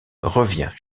revient